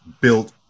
built